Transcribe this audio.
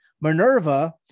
Minerva